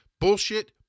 bullshit